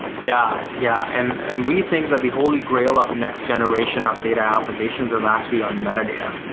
yeah, yeah and and we think that the holy grail of next generation of data applications is actually on metadata.